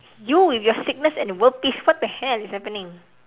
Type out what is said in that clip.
you with your sickness and world peace what the hell is happening